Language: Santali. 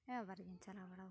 ᱟᱭᱢᱟ ᱵᱟᱨ ᱜᱤᱧ ᱪᱟᱞᱟᱣ ᱵᱟᱲᱟᱣ ᱟᱠᱟᱱᱟ